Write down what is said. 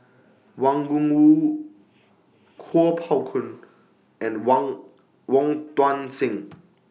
Wang Gungwu Kuo Pao Kun and Wang Wong Tuang Seng